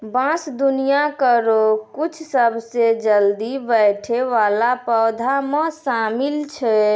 बांस दुनिया केरो कुछ सबसें जल्दी बढ़ै वाला पौधा म शामिल छै